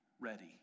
ready